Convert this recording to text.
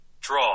Draw